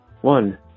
One